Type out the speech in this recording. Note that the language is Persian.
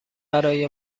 برای